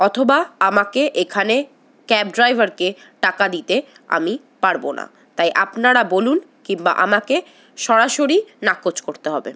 অথবা আমাকে এখানে ক্যাব ড্রাইভারকে টাকা দিতে আমি পারব না তাই আপনারা বলুন কিংবা আমাকে সরাসরি নাকচ করতে হবে